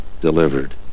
delivered